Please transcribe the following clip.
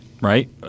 right